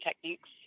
techniques